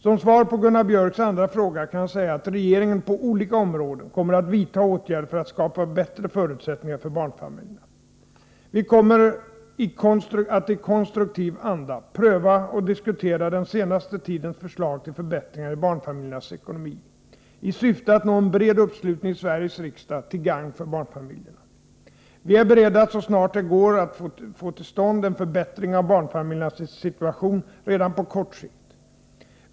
Som svar på Gunnar Biörcks andra fråga kan jag säga att regeringen på olika områden kommer att vidta åtgärder för att skapa bättre förutsättningar för barnfamiljerna. Vi kommer att i konstruktiv anda pröva och diskutera den senaste tidens förslag till förbättringar av barnfamiljernas ekonomi i syfte att nå en bred uppslutning i Sveriges riksdag till gagn för barnfamiljerna. Vi är beredda att så snart det går få till stånd en förbättring av barnfamiljernas situation redan på kort sikt.